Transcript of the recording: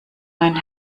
mein